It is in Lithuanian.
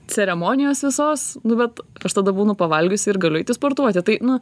ceremonijos visos nu bet aš tada būnu pavalgiusi ir galiu eiti sportuoti tai nu